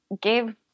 give